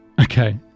Okay